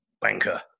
banker